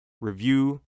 review